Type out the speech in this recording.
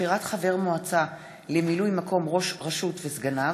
בחירת חבר מועצה למילוי מקום ראש רשות וסגניו),